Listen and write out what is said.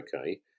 okay